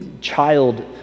child